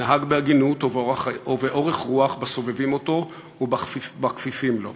נהג בהגינות ובאורך רוח בסובבים אותו ובכפופים לו.